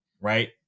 Right